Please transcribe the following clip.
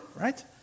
right